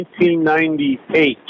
1998